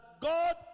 God